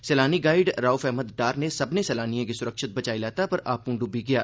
सैलानी गाईड राउफ अहमद डार नै सब्भनें सैलानिएं गी सुरक्षित बचाई लैता पर आपूं डुब्बी गेआ